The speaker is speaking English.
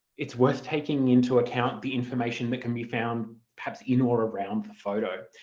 it's worth taking into account the information that can be found perhaps in or around the photo.